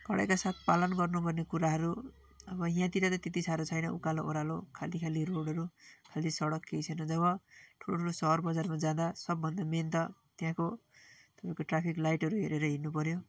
कढाइका साथ पालन गर्नुपर्ने कुराहरू अब यहाँतिर त्यत्ति साह्रो छैन उकालो ओह्रालो खाली खाली रोडहरू खाली सडक केही छैन जब ठुलो ठुलो सहर बजारमा जाँदा सबभन्दा मेन त त्यहाँको तपाईँको ट्राफिक लाइटहरू हेरेर हिँड्नुपर्यो